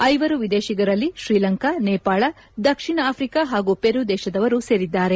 ಐವರು ವಿದೇಶಿಗರಲ್ಲಿ ಶ್ರೀಲಂಕಾ ನೇಪಾಳ ದಕ್ಷಿಣ ಅಫ್ರಿಕಾ ಹಾಗೂ ಪೆರು ದೇಶದವರು ಸೇರಿದ್ದಾರೆ